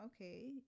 okay